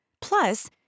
Plus